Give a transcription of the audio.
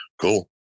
cool